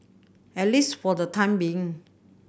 at least for the time being